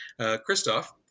Christoph